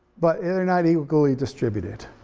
but they're not equally distributed.